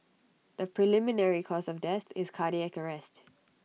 the preliminary cause of death is cardiac arrest